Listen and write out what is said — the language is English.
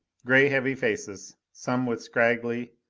gray, heavy faces, some with scraggly,